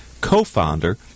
co-founder